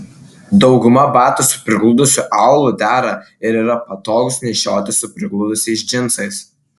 dauguma batų su prigludusiu aulu dera ir yra patogūs nešioti su prigludusiais džinsais